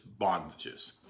bondages